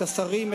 את השרים,